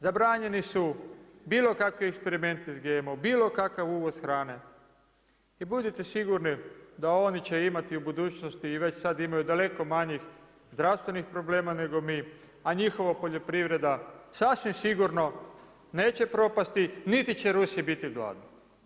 Zabranjeni su bilo kakvi eksperimenti s GMO, bilo kakav uvoz hrane i budite sigurni da oni će imati u budućnosti i već sad imaju daleko manjih zdravstvenih problema, nego mi, a njihova poljoprivreda, sasvim sigurno neće propasti niti će Rusi biti gladni.